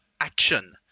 action